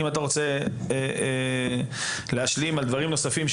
אתה רוצה להשלים על דברים נוספים?